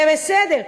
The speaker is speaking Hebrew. זה בסדר.